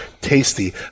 tasty